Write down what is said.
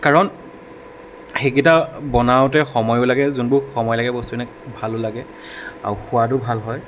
কাৰণ সেইকেইটা বনাওঁতে সময়ো লাগে যোনবোৰ সময় লাগে বস্তুখিনি ভালো লাগে আৰু সোৱাদো ভাল হয়